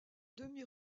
demi